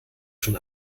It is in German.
schon